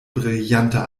brillanter